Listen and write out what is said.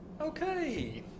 Okay